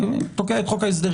זה תוקע את חוק ההסדרים,